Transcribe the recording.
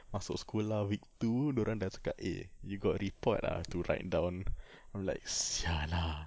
masuk sekolah week two dia orang dah cakap eh you got report ah to write down I'm like sia lah